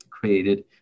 Created